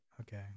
okay